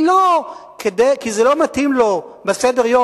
היא לא כי זה לא מתאים לו בסדר-יום,